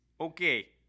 Okay